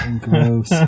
Gross